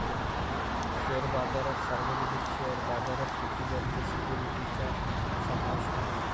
share बाजारात सार्वजनिक share बाजारात सूचीबद्ध सिक्युरिटीजचा समावेश आहे